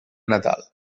natal